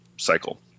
cycle